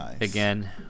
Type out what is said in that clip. again